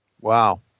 Wow